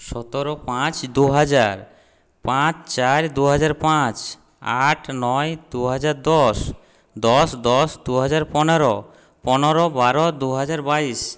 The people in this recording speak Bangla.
সতেরো পাঁচ দুহাজার পাঁচ চার দুহাজার পাঁচ আট নয় দুহাজার দশ দশ দশ দুহাজার পনেরো পনেরো বারো দুহাজার বাইশ